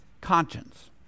conscience